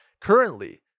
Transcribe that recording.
Currently